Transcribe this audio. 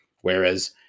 whereas